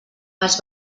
els